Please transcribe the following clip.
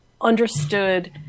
understood